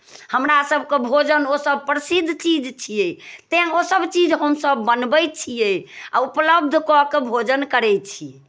हमरासभके भोजन ओसभ प्रसिद्ध चीज छियै तैँ ओसभ चीज हमसभ बनबै छियै आ उपलब्ध कऽ के भोजन करै छी